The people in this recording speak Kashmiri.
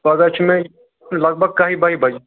پگاہ چھُ مےٚ لگبگ کَہہِ بَہہِ بَجہِ